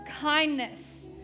kindness